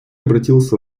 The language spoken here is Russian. обратился